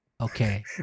okay